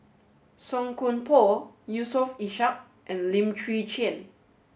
Song Koon Poh Yusof Ishak and Lim Chwee Chian